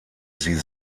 sie